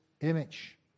image